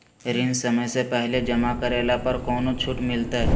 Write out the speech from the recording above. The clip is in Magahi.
ऋण समय से पहले जमा करला पर कौनो छुट मिलतैय?